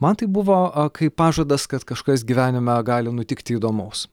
man tai buvo kaip pažadas kad kažkas gyvenime gali nutikti įdomaus